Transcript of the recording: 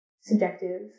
subjective